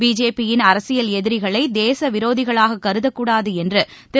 பிஜேபியின் அரசியல் எதிரிகளைதேசவிரோதிகளாககருதக்கூடாதுஎன்றுதிரு